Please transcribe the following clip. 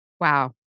Wow